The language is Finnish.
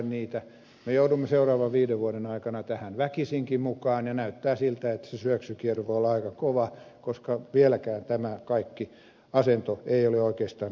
me joudumme seuraavan viiden vuoden aikana tähän väkisinkin mukaan ja näyttää siltä että se syöksykierre voi olla aika kova koska vieläkään tämä kaikki asento ei ole oikeastaan edes alkanut